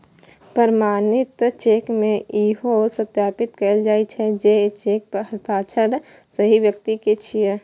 प्रमाणित चेक मे इहो सत्यापित कैल जाइ छै, जे चेक पर हस्ताक्षर सही व्यक्ति के छियै